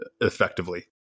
effectively